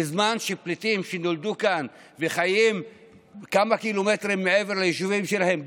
בזמן שפליטים שנולדו כאן וחיים כמה קילומטרים מעבר ליישובים שלהם,